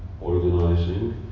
organizing